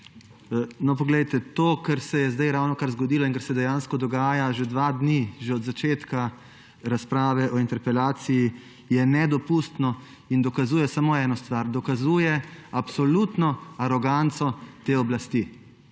podpredsednik. To, kar se je ravnokar zgodilo in kar se dejansko dogaja že dva dni, že od začetka razprave o interpelaciji, je nedopustno in dokazuje samo eno stvar. Dokazuje absolutno aroganco te oblasti.